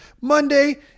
Monday